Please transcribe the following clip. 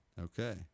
Okay